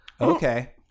Okay